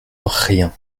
rien